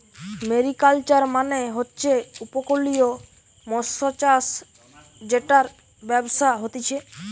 mariculture মানে হচ্ছে উপকূলীয় মৎস্যচাষ জেটার ব্যবসা হতিছে